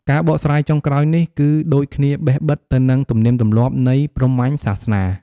ការបកស្រាយចុងក្រោយនេះ គឺដូចគ្នាបេះបិទទៅនឹងទំនៀមទម្លាប់ នៃព្រហ្មញ្ញ សាសនា។